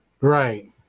Right